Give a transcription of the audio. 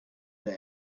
that